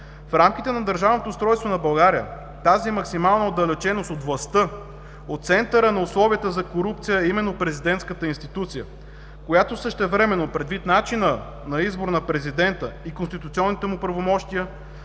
В рамките на държавното устройство на България тази максимална отдалеченост от властта, от центъра на условията за корупцията, е именно президентската институция, която същевременно предвид начина на избора на президента и конституционните му правомощия,